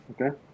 Okay